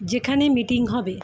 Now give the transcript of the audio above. যেখানে মিটিং হবে